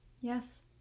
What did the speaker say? Yes